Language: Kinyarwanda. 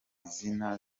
izina